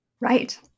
Right